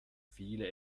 viele